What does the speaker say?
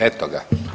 Eto ga.